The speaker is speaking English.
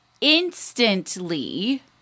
instantly